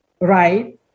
right